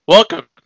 Welcome